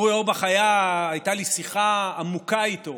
אורי אורבך, הייתה לי שיחה עמוקה איתו